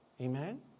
Amen